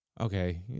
Okay